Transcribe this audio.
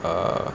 err